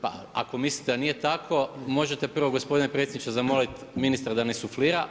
Pa ako mislite da nije tako možete prvo gospodine predsjedniče zamoliti ministra da ne suflira.